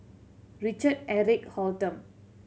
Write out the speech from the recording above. Richard Eric Holttum